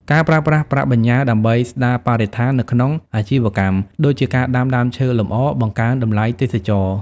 ការប្រើប្រាស់ប្រាក់បញ្ញើដើម្បី "ស្ដារបរិស្ថាន" នៅក្នុងអាជីវកម្ម ដូចជាការដាំដើមឈើលម្អ បង្កើនតម្លៃទេសចរណ៍។